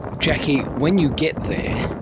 jackie, when you get there,